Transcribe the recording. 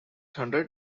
hundred